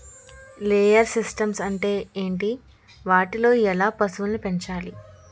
Layer systems అంటే ఏంటి? వాటిలో ఎలా పశువులను పెంచాలి?